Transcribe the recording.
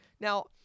Now